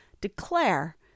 declare